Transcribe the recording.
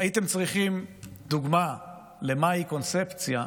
הייתם צריכים דוגמה למה היא קונספציה,